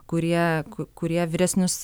kurie kurie vyresnius